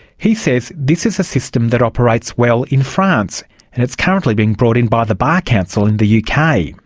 he says this is a system that operates well in france and is currently being brought in by the bar council in the kind of